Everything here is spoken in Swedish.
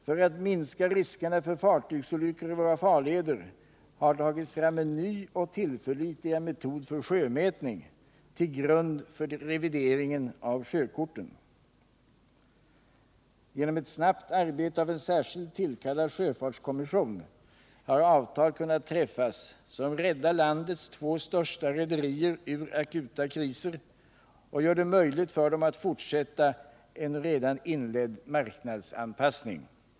För att minska riskerna för fartygsolyckor i våra farleder har tagits fram en ny och tillförlitligare metod för sjömätning till grund för revideringen av sjökorten. Genom ett snabbt arbete av en särskilt tillkallad sjöfartskommission har avtal kunnat träffas som räddar landets två största rederier ur akuta kriser och gör det möjligt för dem att fortsätta en redan inledd marknadsanpassning.